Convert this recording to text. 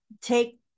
take